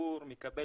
שהציבור מקבל